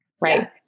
Right